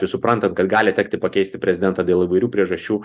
suprantant kad gali tekti pakeisti prezidentą dėl įvairių priežasčių